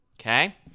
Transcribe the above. Okay